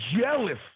jealous